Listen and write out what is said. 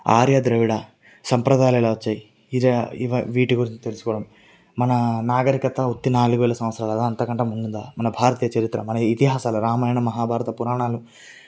ఆర్య ద్రవిడ సాంప్రదాయాలు ఎలా వచ్చాయి ఇరా ఇవి వీటి గురించి తెలుసుకోవడం మన నాగరికత ఉత్తి నాలుగువేల సంవత్సరాలదా అంతకంటే ముందుదా మన భారతీయ చరిత్ర మన ఇతిహాసాలు రామాయణం మహాభారత పురాణాలు